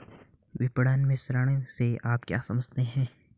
विपणन मिश्रण से आप क्या समझते हैं?